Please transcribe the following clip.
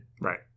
right